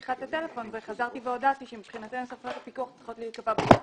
טלפון וחזרתי והודעתי שמבחינתנו סמכויות הפיקוח צריכות להיקבע בחקיקה